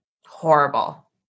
Horrible